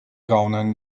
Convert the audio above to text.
gaunern